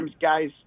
guys